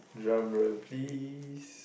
Lump of Peace